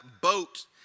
boat